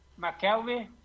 McKelvey